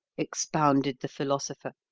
expounded the philosopher.